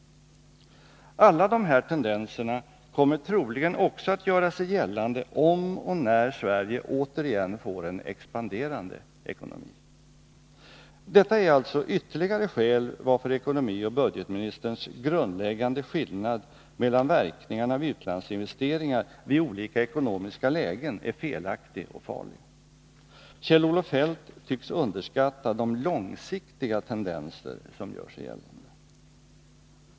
Alla de här tendenserna kommer troligen också att göra sig gällande om och när Sverige återigen får en expanderande ekonomi. Detta är alltså ytterligare skäl varför ekonomioch budgetministerns grundläggande skillnad mellan verkningarna av utlandsinvesteringar vid olika ekonomiska lägen är felaktig och farlig. Kjell-Olof Feldt tycks underskatta de långsiktiga tendenser som gör sig gällande.